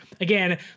again